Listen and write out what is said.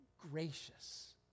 gracious